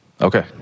Okay